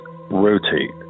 rotate